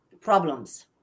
problems